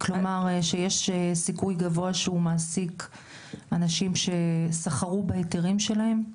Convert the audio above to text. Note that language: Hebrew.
כלומר שיש סיכוי גבוה שהוא מעסיק אנשים שסחרו בהיתרים שלהם?